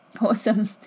awesome